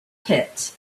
pit